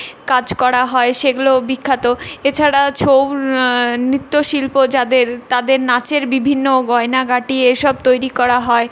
কাজ করা হয় সেগুলোও বিখ্যাত এছাড়া ছৌ নৃত্য শিল্প যাদের তাদের নাচের বিভিন্ন গয়নাগাঁটি এসব তৈরি করা হয়